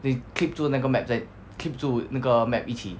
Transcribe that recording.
they keep 住那个 map 在 keep 着那个 map 一起